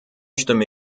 stimme